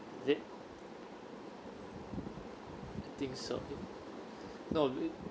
is it I think so it no it